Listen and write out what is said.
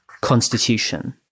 constitution